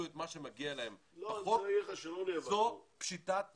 את מה שמגיע להם בחוק זו פשיטת רגל.